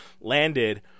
landed